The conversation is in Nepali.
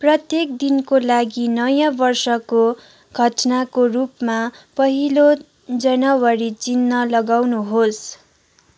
प्रत्येक दिनको लागि नयाँ वर्षको घटनाको रूपमा पहिलो जनवरी चिन्ह लगाउनुहोस्